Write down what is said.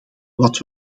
wat